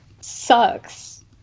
Sucks